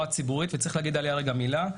הציבורית וצריך להגיד עליה רגע מילה.